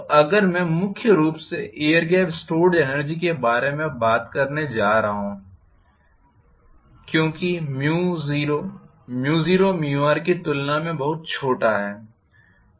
तो अगर मैं मुख्य रूप से एयर गेप स्टोर्ड एनर्जी के बारे में बात करने जा रहा हूँ है क्योंकि 0 0r की तुलना में बहुत छोटा है